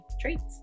treats